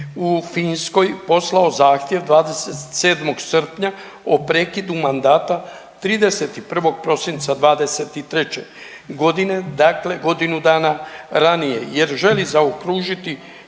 u Finskoj poslao zahtjev 27. srpnja o prekidu mandata 31. prosinca 2023. g., dakle godinu dana ranije jer želi zaokružiti